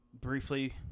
briefly